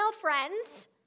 friends